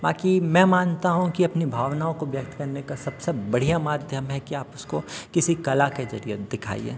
बाकी मैं मानता हूँ कि अपनी भावनाओं को व्यक्त करने का सबसे बढिया माध्यम है कि आप उसको किसी कला के जरिये दिखाइए